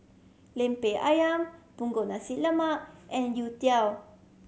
Lemper Ayam Punggol Nasi Lemak and youtiao